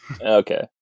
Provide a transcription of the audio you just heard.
okay